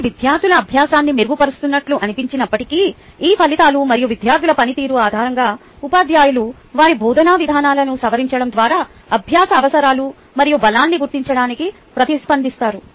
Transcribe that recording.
ఇది విద్యార్థుల అభ్యాసాన్ని మెరుగుపరుస్తున్నట్లు అనిపించినప్పటికీ ఈ ఫలితాలు మరియు విద్యార్థుల పనితీరు ఆధారంగా ఉపాధ్యాయులు వారి బోధనా విధానాలను సవరించడం ద్వారా అభ్యాస అవసరాలు మరియు బలాన్ని గుర్తించడానికి ప్రతిస్పందిస్తారు